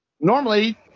normally